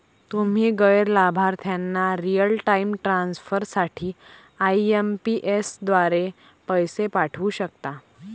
तुम्ही गैर लाभार्थ्यांना रिअल टाइम ट्रान्सफर साठी आई.एम.पी.एस द्वारे पैसे पाठवू शकता